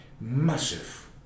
massive